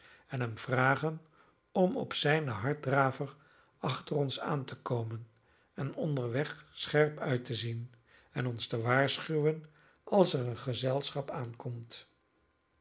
en hem vragen om op zijnen harddraver achter ons aan te komen en onderweg scherp uit te zien en ons te waarschuwen als er een gezelschap aankomt